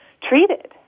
treated